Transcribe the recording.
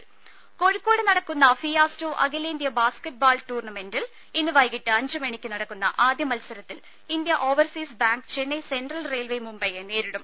ദുദ കോഴിക്കോട് നടക്കുന്ന ഫിയാസ്റ്റോ അഖിലേന്ത്യാ ബാസ്ക്കറ്റ് ബാൾ ടൂർണമെന്റിൽ ഇന്ന് വൈകീട്ട് അഞ്ച് മണിക് നടക്കുന്ന ആദ്യമത്സരത്തിൽ Indian Overseas Bank Chennai Central Railway മുംബൈയെ നേരിടും